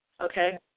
okay